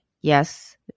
yes